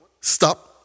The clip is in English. stop